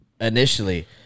initially